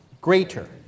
greater